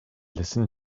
listened